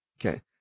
Okay